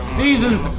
season's